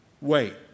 wait